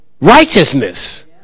righteousness